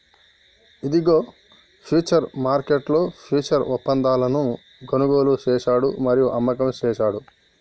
ఇదిగో ఫ్యూచర్స్ మార్కెట్లో ఫ్యూచర్స్ ఒప్పందాలను కొనుగోలు చేశాడు మరియు అమ్మకం చేస్తారు